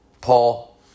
Paul